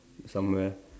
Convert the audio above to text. somewhere